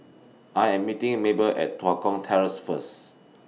I Am meeting Mabel At Tua Kong Terrace First